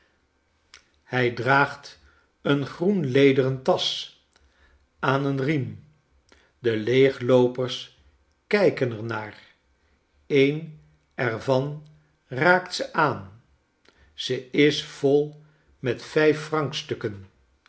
hij draagt een groen lederen tasch aan een riem de leegloopers kijken er naar een er van raakt ze aan ze is vol met